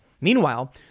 Meanwhile